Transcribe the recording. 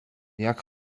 jak